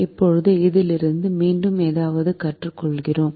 இப்போது இதிலிருந்து மீண்டும் ஏதாவது கற்றுக்கொள்கிறோம்